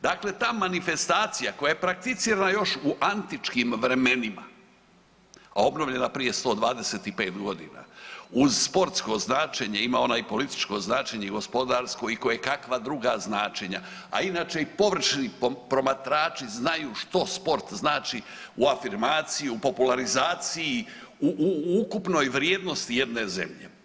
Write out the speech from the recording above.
Dakle, ta manifestacija koja je prakticirana još u antičkim vremenima, a obnovljena prije 125 godina uz sportsko značenje ima ona i političko značenje i gospodarsko i kojekakva druga značenja, a inače i površni promatrači znaju što sport znači u afirmaciji u popularizaciji u ukupnoj vrijednosti jedne zemlje.